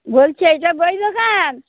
বলছি এটা বই দোকান